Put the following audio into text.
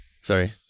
Sorry